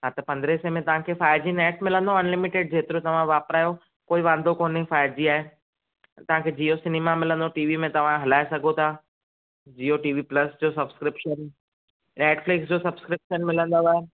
हा त पंद्रेंस सएं में तव्हांखे फाए जी नेट मिलंदो अनलिमीटेड जेतिरो तव्हां वापरायो कोई वांदो कोन्हे फाव जी आहे तव्हांखे जियो सिनिमा मिलंदो टीवीअ में तव्हां हलाए सघो था जीयो टीवी प्लस जो सब्सक्रिपिशन नेटफ़िल्क्स जो सब्सक्रिपिशन मिलंदव